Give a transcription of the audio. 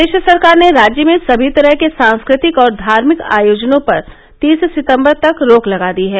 प्रदेश सरकार ने राज्य में समी तरह के सांस्कृतिक और धार्मिक आयोजनों पर तीस सितम्बर तक रोक लगा दी है